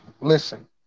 listen